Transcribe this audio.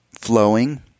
flowing